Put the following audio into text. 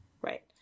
Right